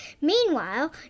meanwhile